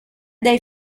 dai